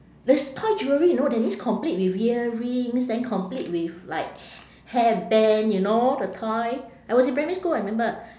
there's toy jewellery you know that means complete with earrings then complete with like h~ hairband you know the toy I was in primary school I remember